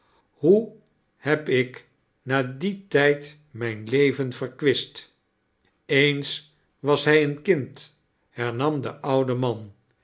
hoe heb ik na dien tijd mijn leven verkwist eens was hij een kind hernam de oude man